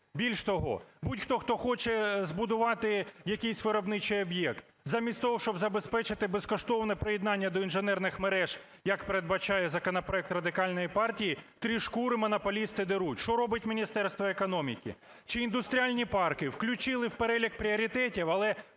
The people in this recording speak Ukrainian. Більш того, будь-хто, хто хоче збудувати якийсь виробничий об'єкт, заміть того, щоб забезпечити безкоштовне приєднання до інженерних мереж, як передбачає законопроект Радикальної партії, три шкури монополісти деруть. Що робить Міністерство економіки? Чи індустріальні парки? Включили в перелік пріоритетів, але